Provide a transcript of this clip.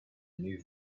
new